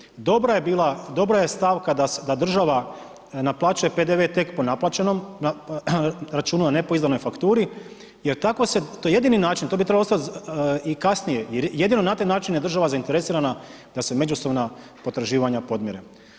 Dobra je bila, dobra je stavka da država naplaćuje PDV tek po naplaćenom računu, a ne po izdanoj fakturi jer tako se, to je jedini način, to bi trebalo ostati i kasnije jer jedino na taj način je država zainteresirana da se međusobna potraživanja podmire.